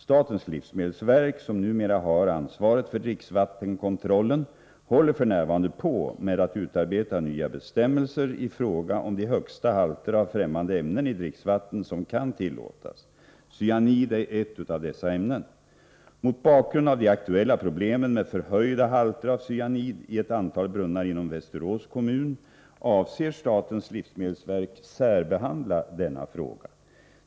Statens livsmedelsverk, som numera har ansvaret för dricksvattenkontrollen, håller f.n. på med att utarbeta nya bestämmelser i fråga om de högsta halter av främmande ämnen i dricksvatten som kan tillåtas. Cyanid är ett av dessa ämnen. Mot bakgrund av de aktuella problemen med förhöjda halter av cyanid i ett antal brunnar inom Västerås kommun avser statens livsmedelsverk särbehandla denna fråga.